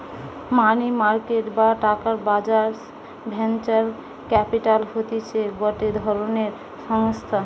মানি market বা টাকার বাজার ভেঞ্চার ক্যাপিটাল হতিছে গটে ধরণের সংস্থা